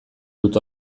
dut